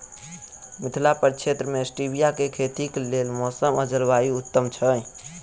मिथिला प्रक्षेत्र मे स्टीबिया केँ खेतीक लेल मौसम आ जलवायु उत्तम छै?